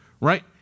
Right